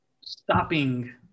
stopping